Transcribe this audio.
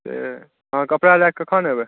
अहाँ कतय अयबै आ कखन अयबै